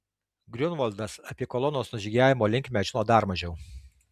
griunvaldas apie kolonos nužygiavimo linkmę žino dar mažiau